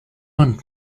want